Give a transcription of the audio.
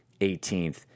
18th